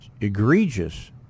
egregious